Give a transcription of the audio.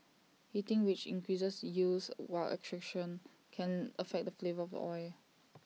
heating which increases yields while extraction can affect the flavour of the oil